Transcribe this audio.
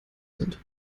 sind